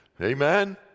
Amen